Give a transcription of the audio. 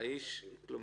עד